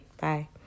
Bye